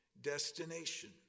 destination